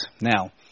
now